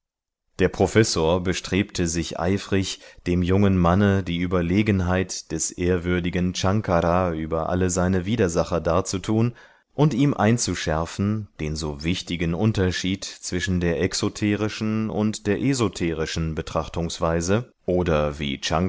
der professor bestrebte sich eifrig dem jungen manne die überlegenheit des ehrwürdigen ankara über alle seine widersacher darzutun und ihm einzuschärfen den so wichtigen unterschied zwischen der exoterischen und der esoterischen betrachtungsweise oder wie